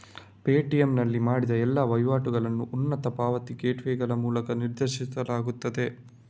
Paytm ನಲ್ಲಿ ಮಾಡಿದ ಎಲ್ಲಾ ವಹಿವಾಟುಗಳನ್ನು ಉನ್ನತ ಪಾವತಿ ಗೇಟ್ವೇಗಳ ಮೂಲಕ ನಿರ್ದೇಶಿಸಲಾಗುತ್ತದೆ